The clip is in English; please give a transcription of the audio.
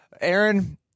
Aaron